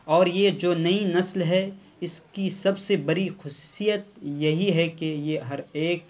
اور یہ جو نئی نسل ہے اس کی سب سے بری خصوصیت یہی ہے کہ یہ ہر ایک